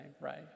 right